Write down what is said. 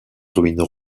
ruines